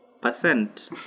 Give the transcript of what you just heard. percent